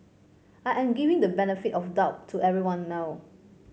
I am giving the benefit of the doubt to everyone know